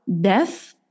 death